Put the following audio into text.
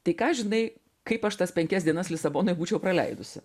tai ką žinai kaip aš tas penkias dienas lisabonoj būčiau praleidusi